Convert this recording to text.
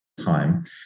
time